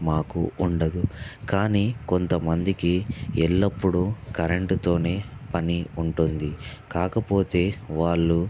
మాకు ఉండదు కాని కొంతమందికి ఎల్లప్పుడూ కరెంట్తోనే పని ఉంటుంది కాకపోతే వాళ్లు